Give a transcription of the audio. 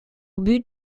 but